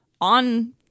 on